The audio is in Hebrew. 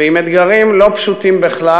ועם אתגרים לא פשוטים בכלל,